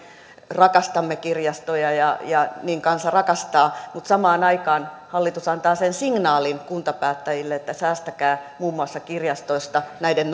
rakastamme kirjastoja ja ja niin kansa rakastaa mutta samaan aikaan hallitus antaa sen signaalin kuntapäättäjille että säästäkää muun muassa kirjastoista näiden